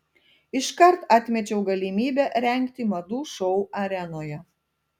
iškart atmečiau galimybę rengti madų šou arenoje